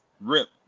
Rip